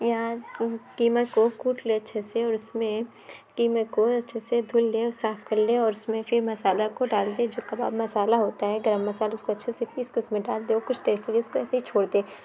یہاں قیمہ کو کوٹ لے اچھے سے اور اُس میں قیمے کو اچھے سے دُھل لے اور صاف کر لے اور اِس میں پھر مسالہ کو ڈال دے جو کباب مسالہ ہوتا ہے گرم مسالہ اُس کو اچھے سے پیس کر اُس میں ڈال دے اور کچھ دیر کے لیے اِس کو ایسے ہی چھوڑ دے